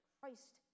Christ